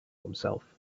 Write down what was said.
himself